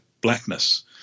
blackness